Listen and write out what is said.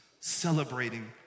celebrating